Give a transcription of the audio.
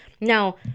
Now